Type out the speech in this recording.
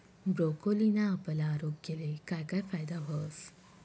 ब्रोकोलीना आपला आरोग्यले काय काय फायदा व्हस